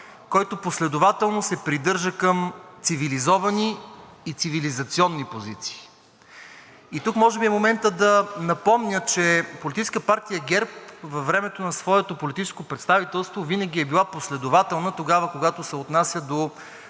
който последователно се придържа към цивилизовани и цивилизационни позиции. И тук може би е моментът да напомня, че Политическа партия ГЕРБ във времето на своето политическо представителство винаги е била последователна тогава, когато се отнася до